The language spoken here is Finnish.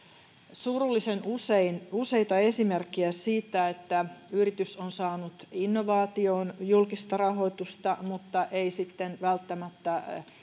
surullisen useita esimerkkejä siitä että yritys on saanut innovaatioon julkista rahoitusta mutta ei sitten välttämättä